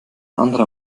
anderer